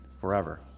forever